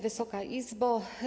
Wysoka Izbo!